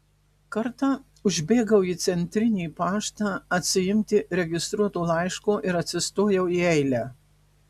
kartą užbėgau į centrinį paštą atsiimti registruoto laiško ir atsistojau į eilę